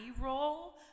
role